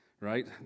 right